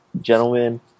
gentlemen